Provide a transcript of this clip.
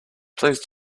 please